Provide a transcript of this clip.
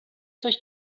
durch